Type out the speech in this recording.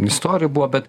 istorijų buvo bet